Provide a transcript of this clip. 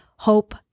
hope